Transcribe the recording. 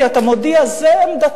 כי אתה מודיע: זו עמדתו,